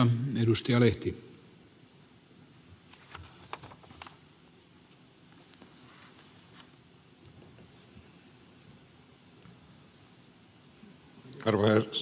arvoisa herra puhemies